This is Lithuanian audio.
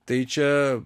tai čia